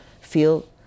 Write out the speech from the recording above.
feel